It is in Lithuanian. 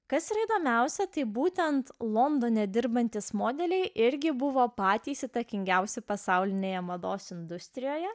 kas įdomiausia tai būtent londone dirbantys modeliai irgi buvo patys įtakingiausi pasaulinėje mados industrijoje